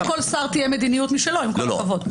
אין בעיה שלכל שר תהיה מדיניות משלו, עם כל הכבוד.